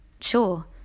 Sure